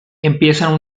empiezan